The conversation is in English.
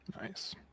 Nice